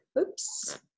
Oops